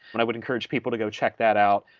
but i would encourage people to go check that out,